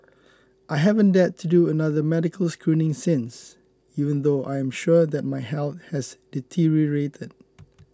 I haven't dared to do another medical screening since even though I am sure that my health has deteriorated